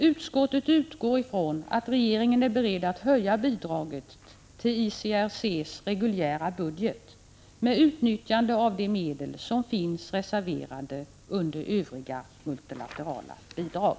Utskottet utgår från att regeringen är beredd att höja bidraget till ICRC:s reguljära budget med utnyttjande av de medel som finns reserverade under Övriga multilaterala bidrag.